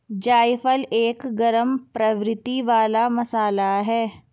जायफल एक गरम प्रवृत्ति वाला मसाला है